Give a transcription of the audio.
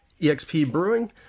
expbrewing